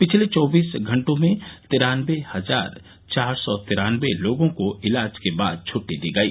पिछले चौबीस घंटों में तिरानबे हजार चार सौ तिरानबे लोगों को इलाज के बाद छुट्टी दी गई